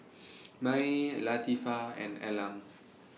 Mae Latifah and Elam